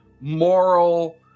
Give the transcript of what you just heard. moral